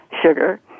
sugar